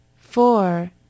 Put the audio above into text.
Four